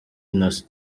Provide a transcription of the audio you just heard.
innocent